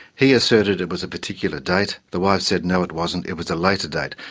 he asserted it was a particular date, the wife said no, it wasn't, it was a later date.